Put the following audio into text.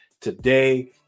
today